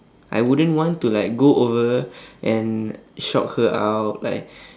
I wouldn't want to like go over and shock her out like